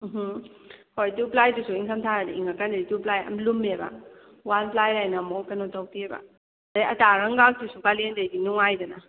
ꯎꯝꯍꯨꯝ ꯍꯣꯏ ꯇꯨ ꯄ꯭ꯂꯥꯏꯗꯨꯁꯨ ꯏꯪꯊꯝ ꯊꯥꯗꯗꯤ ꯏꯪꯉꯛꯀꯅꯤ ꯇꯨ ꯄ꯭ꯂꯥꯏ ꯑꯗꯨꯝ ꯂꯨꯝꯃꯦꯕ ꯋꯥꯟ ꯄ꯭ꯂꯥꯏꯅ ꯑꯩꯅ ꯑꯃꯨꯛ ꯀꯩꯅꯣ ꯇꯧꯗꯦꯕ ꯍꯣꯏ ꯑꯆꯥ ꯑꯔꯥꯡꯒꯥꯗꯨꯁꯨ ꯀꯥꯂꯦꯟꯗꯗꯤ ꯅꯨꯡꯉꯥꯏꯗꯅ